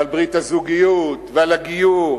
ועל ברית הזוגיות, ועל הגיור,